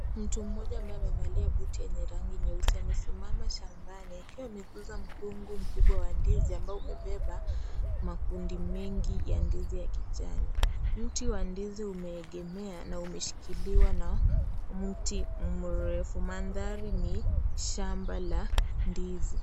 Mtu mmoja ambaye amevalia buti yenye rangi nyeusi, amesimama shambani akiwa amegusa mkungu mkubwa wa ndizi ambao umebeba makundi mengi ya ndizi ya kijani. Mti wa ndizi umeegemea na umeshikiliwa na mti mrefu. Mandhari ni shamba la ndizi.